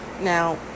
Now